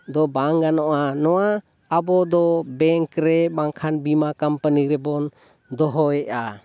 ᱫᱚ ᱵᱟᱝ ᱜᱟᱱᱚᱜᱼᱟ ᱱᱚᱣᱟ ᱟᱵᱚ ᱫᱚ ᱵᱮᱝᱠ ᱨᱮ ᱵᱟᱝᱠᱷᱟᱱ ᱵᱤᱢᱟ ᱠᱳᱢᱯᱟᱱᱤ ᱨᱮᱵᱚᱱ ᱫᱚᱦᱚᱭᱮᱜᱼᱟ